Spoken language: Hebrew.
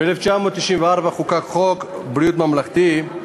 ב-1994 חוקק חוק ביטוח בריאות ממלכתי,